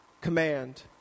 command